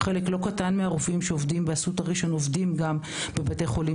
חלק לא קטן מהרופאים שעובדים באסותא ראשון עובדים גם בבתי חולים